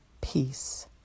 Peace